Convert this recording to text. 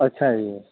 ਅੱਛਾ ਜੀ